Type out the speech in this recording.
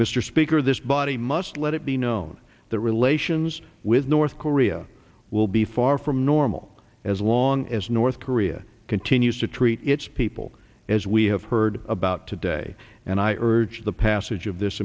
mr speaker this body must let it be known that relations with north korea will be far from normal as long as north korea continues to treat its people as we have heard about today and i urge the passage of this